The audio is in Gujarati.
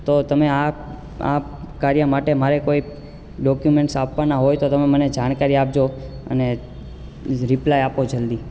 તો તમે આ આ કાર્ય માટે મારે કોઈ ડોક્યુમેન્સ આપવાના હોય તો તમે મને જાણકારી આપજો અને રિપ્લાય આપો જલ્દી